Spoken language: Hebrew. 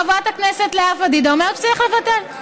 חברת הכנסת לאה פדידה אומרת שצריך לבטל.